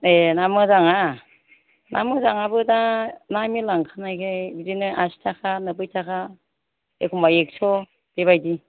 ए ना मोजाङा ना मोजाङाबो दा ना मेल्ला ओंखारनायखाय बिदिनो आसि थाखा नोब्बै थाखा एखनबा एक्स' बेबायदि